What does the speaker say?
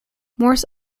morse